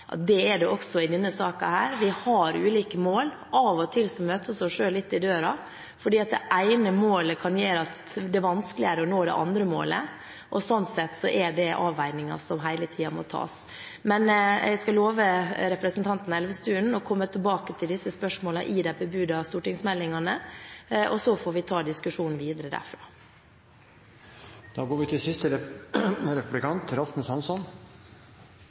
ivareta. Det er det også i denne saken. Vi har ulike mål. Av og til møter vi oss selv litt i døra, fordi det ene målet kan gjøre det vanskeligere å nå det andre målet. Sånn sett er det avveininger som hele tiden må tas. Men jeg skal love representanten Elvestuen å komme tilbake til disse spørsmålene i de bebudede stortingsmeldingene, og så får vi ta diskusjonen videre